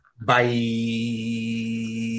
Bye